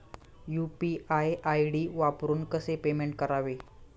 UPI ID वापरून कसे payment करावे?